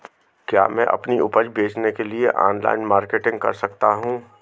क्या मैं अपनी उपज बेचने के लिए ऑनलाइन मार्केटिंग कर सकता हूँ?